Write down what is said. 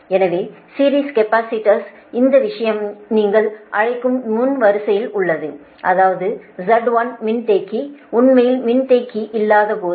எனவே series capacitors இந்த விஷயம் நீங்கள் அழைக்கும் வரிசையில் உள்ளது அதாவதுZ1மின்தேக்கி உண்மையில் மின்தேக்கி இல்லாதபோது Z R j X